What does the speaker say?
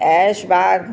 Aishbagh